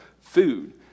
food